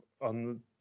on